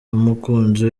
n’umukunzi